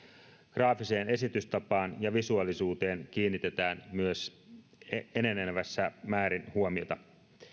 graafiseen esitystapaan ja visuaalisuuteen kiinnitetään enenevässä määrin huomiota